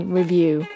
review